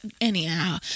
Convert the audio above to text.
anyhow